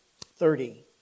thirty